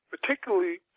particularly